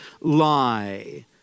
lie